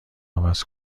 عوض